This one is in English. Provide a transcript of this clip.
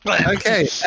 Okay